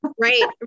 Right